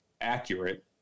accurate